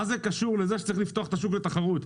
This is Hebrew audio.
מה זה קשור לזה שצריך לפתוח את השוק לתחרות?